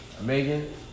Megan